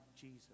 Jesus